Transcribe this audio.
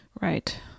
right